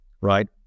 right